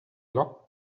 locked